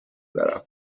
برم